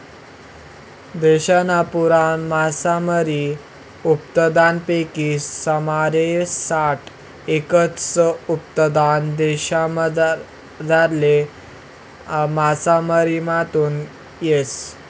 देशना पुरा मासामारी उत्पादनपैकी सुमारे साठ एकर उत्पादन देशमझारला मासामारीमाथून येस